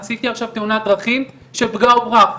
עשיתי עכשיו תאונת דרכים של פגע וברח.